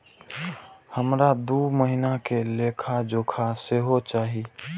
हमरा दूय महीना के लेखा जोखा सेहो चाही